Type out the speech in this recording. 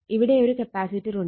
ഇവിടെയൊരു കപ്പാസിറ്റർ ഉണ്ട്